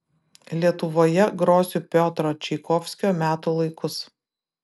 lietuvoje grosiu piotro čaikovskio metų laikus